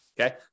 okay